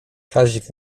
kazik